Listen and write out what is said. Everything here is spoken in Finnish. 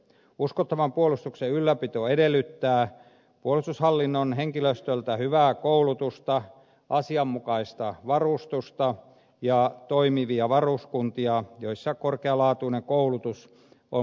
uskottavan puolustuksen ylläpito edellyttää puolustushallinnon henkilöstöltä hyvää koulutusta asianmukaista varustusta ja toimivia varuskuntia joissa korkealaatuinen koulutus on mahdollista toteuttaa